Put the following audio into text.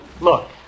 Look